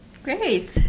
Great